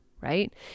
right